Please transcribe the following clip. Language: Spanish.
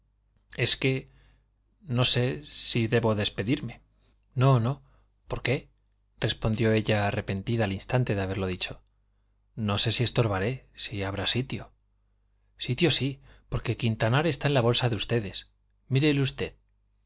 es que no sé si debo despedirme no no por qué respondió ella arrepentida al instante de haberlo dicho no sé si estorbaré si habrá sitio sitio sí porque quintanar está en la bolsa de ustedes mírele usted